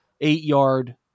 eight-yard